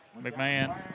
McMahon